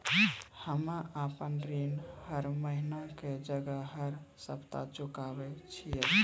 हम्मे आपन ऋण हर महीना के जगह हर सप्ताह चुकाबै छिये